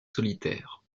solitaires